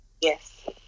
Yes